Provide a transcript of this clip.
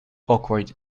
awkward